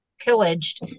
pillaged